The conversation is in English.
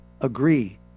agree